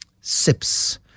sips